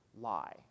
lie